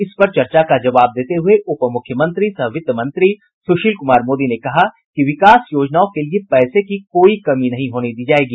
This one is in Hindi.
इस पर चर्चा का जवाब देते हुए उपमुख्यमंत्री सह वित्त मंत्री सुशील कुमार मोदी ने कहा कि विकास योजनाओं के लिए पैसे की कोई कमी नहीं होने दी जायेगी